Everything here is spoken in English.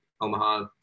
Omaha